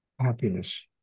happiness